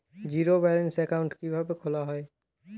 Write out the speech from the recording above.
Zero balance account কিভাবে খোলা হয়?